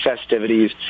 festivities